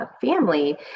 family